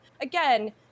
again